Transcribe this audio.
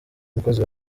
umukozi